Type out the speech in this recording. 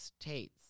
States